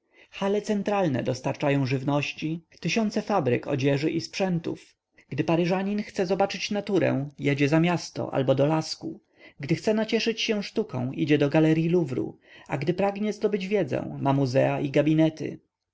hale centralne dostarczają żywności tysiące fabryk odzieży i sprzętów gdy paryżanin chce zobaczyć naturę jedzie za miasto albo do lasku gdy chce nacieszyć się sztuką idzie do galeryi louvru a gdy pragnie zdobyć wiedzę ma muzea i gabinety